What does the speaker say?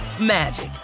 magic